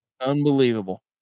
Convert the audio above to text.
Unbelievable